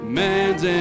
man's